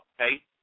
okay